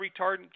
retardant